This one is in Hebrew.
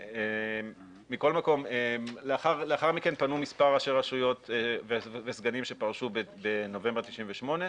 מכל מקום לאחר מכן פנו מספר ראשי רשויות וסגנים שפרשו בנובמבר 98'